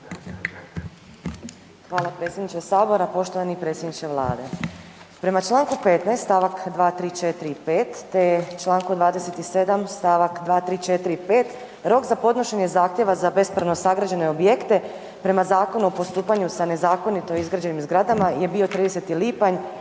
Hvala predsjedniče sabora. Poštovani predsjedniče Vlade, prema Članku 15. stavak 2.,3.,4. i 5. te Članku 27. stavak 2.,3.,4. i 5. rok za podnošenje zahtjeva za bespravno sagrađene objekte prema Zakonu o postupanju sa nezakonito izgrađenim zgradama je bio 30. lipanj